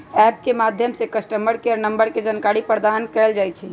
app के माध्यम से कस्टमर केयर नंबर के जानकारी प्रदान कएल जाइ छइ